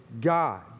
God